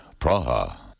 Praha